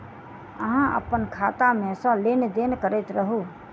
अहाँ अप्पन खाता मे सँ लेन देन करैत रहू?